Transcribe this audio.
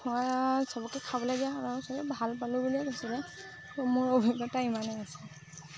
আ চবকে খাবলৈ দিয়া হ'ল আৰু চবেই ভাল পালোঁ বুলিয়ে কৈছিলে ত' মোৰ অভিজ্ঞতা ইমানেই আছে